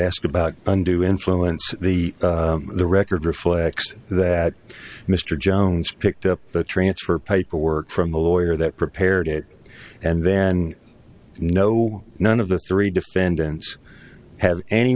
asked about undue influence the the record reflects that mr jones picked up the transfer paperwork from the lawyer that prepared it and then no none of the three defendants ha